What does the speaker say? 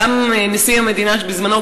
גם נשיא המדינה בזמנו,